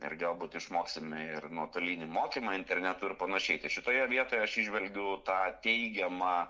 ir galbūt išmoksim ir nuotolinį mokymą internetu ir panašiai šitoje vietoje aš įžvelgiu tą teigiamą